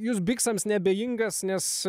jūs biksams neabejingas nes